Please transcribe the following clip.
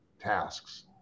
tasks